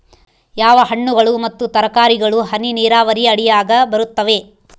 ಯಾವ ಹಣ್ಣುಗಳು ಮತ್ತು ತರಕಾರಿಗಳು ಹನಿ ನೇರಾವರಿ ಅಡಿಯಾಗ ಬರುತ್ತವೆ?